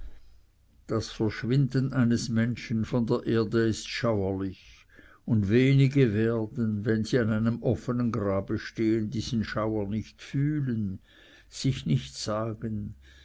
das verschwinden eines menschen von der erde ist schauerlich und wenige werden wenn sie an einem offenen grabe stehen diesen schauer nicht fühlen sich nicht sagen